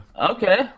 okay